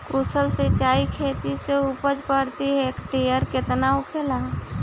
कुशल सिंचाई खेती से उपज प्रति हेक्टेयर केतना होखेला?